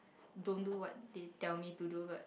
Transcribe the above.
don't do what they tell me to do but